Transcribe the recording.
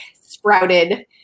sprouted